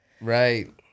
Right